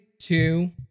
two